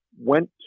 went